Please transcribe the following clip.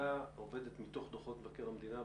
הוועדה עובדת מתוך דוחות מבקר המדינה,